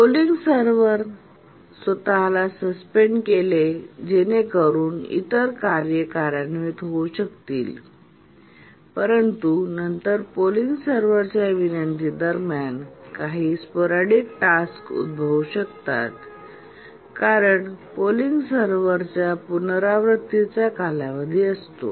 polling सर्व्हरने स्वतला suspend केले जेणेकरुन इतर कार्ये कार्यान्वित होऊ शकतील परंतु नंतर जर पोलिंग सर्व्हरच्या विनंती दरम्यान काही स्पोरॅडिक टास्क उद्भवू शकतात कारण पोलिंग सर्व्हरच्या पुनरावृत्तीचा कालावधी असतो